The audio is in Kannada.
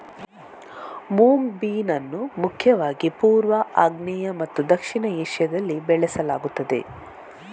ಮುಂಗ್ ಬೀನ್ ಅನ್ನು ಮುಖ್ಯವಾಗಿ ಪೂರ್ವ, ಆಗ್ನೇಯ ಮತ್ತು ದಕ್ಷಿಣ ಏಷ್ಯಾದಲ್ಲಿ ಬೆಳೆಸಲಾಗುತ್ತದೆ